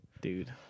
Dude